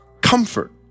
comfort